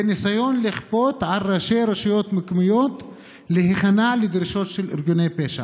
זה ניסיון לכפות על ראשי רשויות מקומיות להיכנע לדרישות של ארגוני פשע,